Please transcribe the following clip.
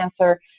cancer